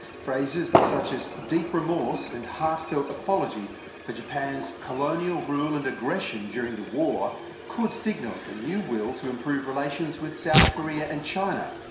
phrases such as deep remorse and heartfelt apology for japan's colonial rule and aggression during the war could signal a new will to improve relations with south korea and china.